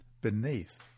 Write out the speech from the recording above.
beneath